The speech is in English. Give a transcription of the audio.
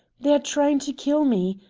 they are trying to kill me.